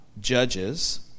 judges